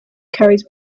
carries